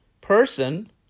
person